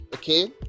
okay